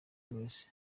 grace